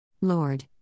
Lord